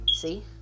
See